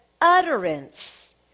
utterance